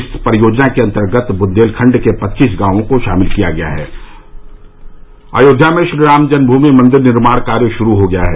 इस परियोजना के अन्तर्गत बुन्देलखंड के पच्चीस गांवों को शामिल किया गया है अयोध्या में श्री राम जन्मभूमि मंदिर निर्माण कार्य शुरू हो गया है